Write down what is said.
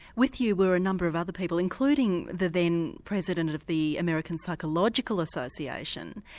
with you were a number of other people, including the then president of the american psychological association.